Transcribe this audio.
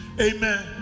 Amen